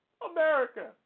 America